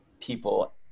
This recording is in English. people